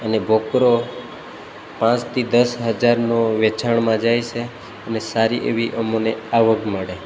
અને બકરો પાંચ થી દસ હજારનો વેચાણમાં જાય છે અને સારી એવી અમને આવક મળે